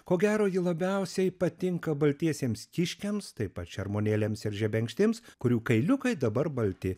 ko gero ji labiausiai patinka baltiesiems kiškiams taip pat šermuonėliams ir žebenkštims kurių kailiukai dabar balti